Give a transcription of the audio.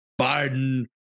Biden